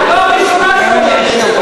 את לא הראשונה שאומרת את זה,